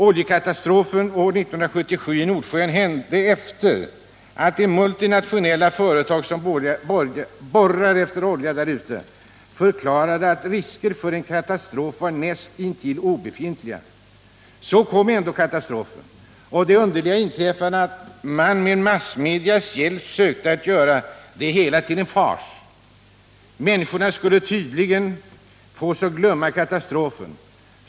Oljekatastrofen 1977 i Nordsjön hände efter det att de multinationella företag som borrar efter olja därute hade förklarat att ”riskerna för en katastrof var näst intill obefintliga”. Så kom ändå katastrofen, och det underliga inträffade att man med massmedias hjälp sökte att göra det hela till en fars. Människorna skulle tydligen fås att glömma katastrofen.